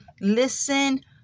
listen